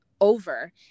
over